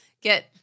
get –